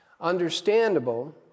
Understandable